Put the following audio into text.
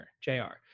J-R